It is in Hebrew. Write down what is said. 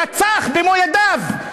רצח במו-ידיו,